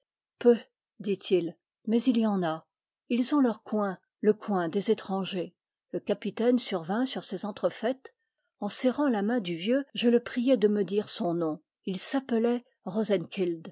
peu dit-il mais il y en a ils ont leur coin le coin des étrangers le capitaine survint sur ces entrefaites en serrant la main du vieux je le priai de me dire son nom il s'appelait